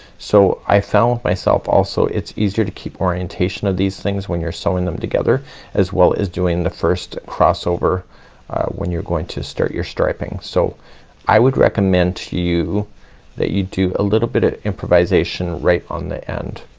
so i found with myself also it's easier to keep orientation of these things when you're sewing them together as well as doing the first crossover when you're going to start your striping. so i would recommend to you that you do a little bit of improvisation right on the end.